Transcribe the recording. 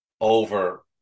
over